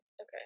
Okay